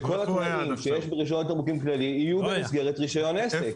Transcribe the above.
שכל הדרישות שיש ברישיון תמרוקים כללי יהיו במסגרת רישיון עסק.